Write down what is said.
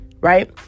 right